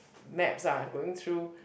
maps lah going through